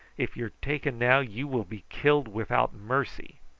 if you are taken now you will be killed without mercy.